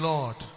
Lord